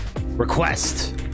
request